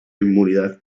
inmunidad